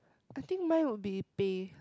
I think mine would be pay